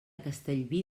castellví